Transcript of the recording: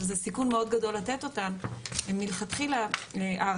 זה סיכון מאוד גדול לתת מלכתחילה הערכות,